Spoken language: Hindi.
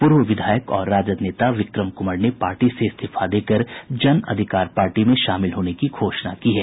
पूर्व विधायक और राजद नेता विक्रम कुंवर ने पार्टी से इस्तीफा देकर जन अधिकार पार्टी में शामिल हो गये हैं